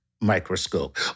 microscope